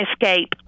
escape